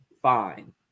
fine